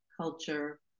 culture